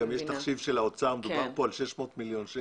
יש גם תחשיב של האוצר לפיו מדובר ב-600 מיליוני שקלים.